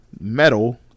metal